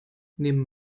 nehmen